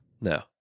no